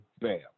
Bam